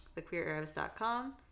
TheQueerArabs.com